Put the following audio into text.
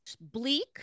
bleak